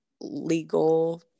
legal